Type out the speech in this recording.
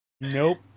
Nope